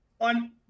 On